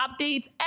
updates